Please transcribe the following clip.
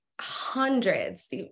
hundreds